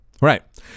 right